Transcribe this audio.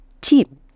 team